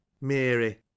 Mary